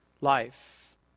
life